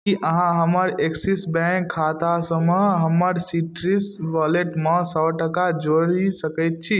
की अहाँ हमर Axis Bank खातासँ हमर सीट्रीस वॉलेट मे सए टका जोड़ी सकैत छी